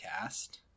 cast